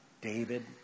David